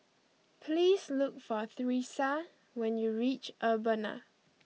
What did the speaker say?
please look for Thresa when you reach Urbana